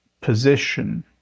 position